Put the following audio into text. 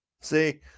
see